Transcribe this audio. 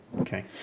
Okay